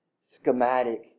schematic